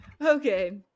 okay